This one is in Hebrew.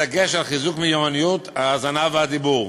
בדגש על חיזוק מיומנויות ההאזנה והדיבור.